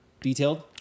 detailed